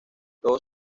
todo